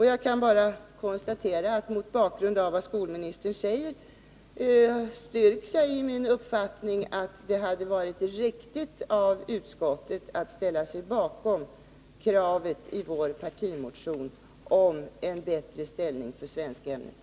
Jag kan bara konstatera att mot bakgrund av vad skolministern säger styrks jag i min uppfattning att det hade varit riktigt av utskottet att ställa sig bakom kravet i vår partimotion om en bättre ställning för svenskämnet.